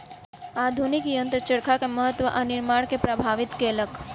आधुनिक यंत्र चरखा के महत्त्व आ निर्माण के प्रभावित केलक